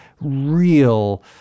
real